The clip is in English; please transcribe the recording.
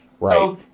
Right